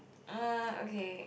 uh okay